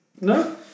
No